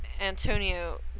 Antonio